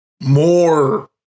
more